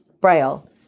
Braille